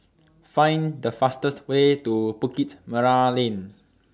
Find The fastest Way to Bukit Merah Lane